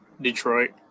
Detroit